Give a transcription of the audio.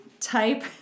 type